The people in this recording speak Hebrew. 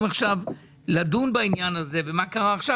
עכשיו לדון בעניין הזה ומה קרה עכשיו,